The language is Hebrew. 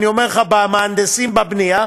אני אומר לך: במהנדסים, בבנייה,